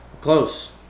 close